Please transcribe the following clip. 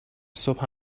صبح